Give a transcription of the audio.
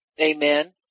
amen